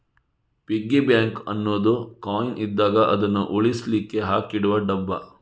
piggy bank ಅನ್ನುದು coin ಇದ್ದಾಗ ಅದನ್ನು ಉಳಿಸ್ಲಿಕ್ಕೆ ಹಾಕಿಡುವ ಡಬ್ಬ